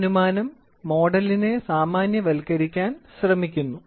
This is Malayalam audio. ഈ അനുമാനം മോഡലിനെ സാമാന്യവൽക്കരിക്കാൻ ശ്രമിക്കുന്നു